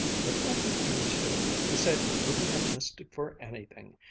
but when he came to, he said he wouldn't have missed it for anything,